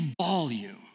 volume